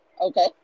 Okay